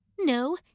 No